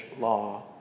law